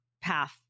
path